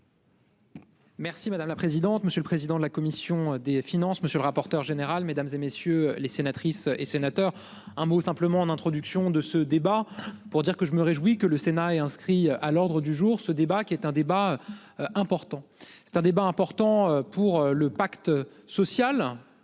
Merci madame la présidente, monsieur le président de la commission des finances, monsieur le rapporteur général mesdames et messieurs les sénatrices et sénateurs. Un mot simplement en introduction de ce débat pour dire que je me réjouis que le Sénat est inscrit à l'ordre du jour ce débat qui est un débat. Important, c'est un débat important pour le pacte social